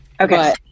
okay